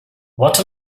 what